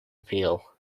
appeal